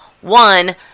one